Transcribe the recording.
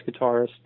guitarist